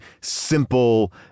simple